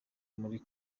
muri